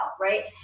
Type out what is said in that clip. right